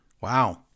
Wow